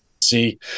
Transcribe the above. see